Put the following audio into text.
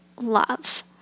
love